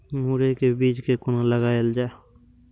मुरे के बीज कै कोना लगायल जाय?